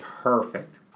Perfect